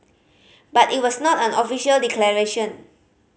but it was not an official declaration